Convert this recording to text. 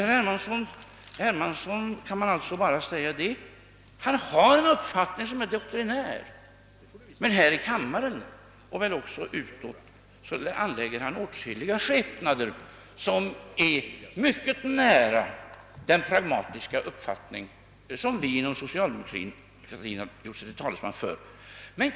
Om herr Hermansson kan man alltså bara säga att han har en uppfattning som är doktrinär, men här i kammaren, anlägger han åtskilliga synpunkter, som ligger mycket nära den pragmatiska uppfattning vi inom socialdemokratin gjort oss till talesmän för.